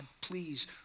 please